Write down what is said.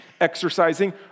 exercising